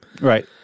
Right